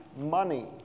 money